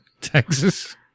texas